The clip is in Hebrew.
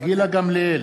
גילה גמליאל,